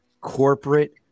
corporate